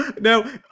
Now